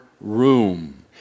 room